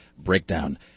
Breakdown